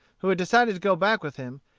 who had decided to go back with him,